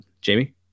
jamie